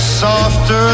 softer